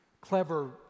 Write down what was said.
Clever